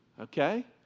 Okay